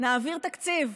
נעביר תקציב.